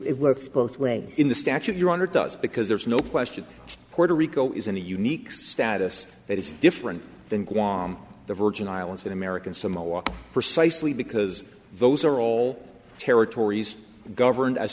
it worth both way in the statute your honor does because there's no question puerto rico is in a unique status that is different than guam the virgin islands and american samoa precisely because those are all territories governed as